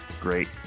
great